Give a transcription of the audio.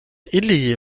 ili